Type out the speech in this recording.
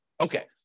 Okay